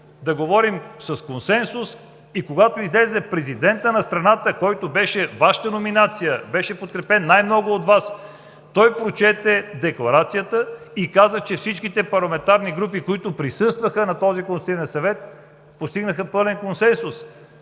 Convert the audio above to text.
да говорим с консенсус, когато излезе президентът на страната, който беше Ваша номинация и беше подкрепен най-много от Вас, той прочете декларацията и каза, че всичките парламентарни групи, които присъстваха на този Консултативен съвет, постигнаха пълен консенсус.